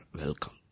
welcome